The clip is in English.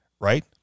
Right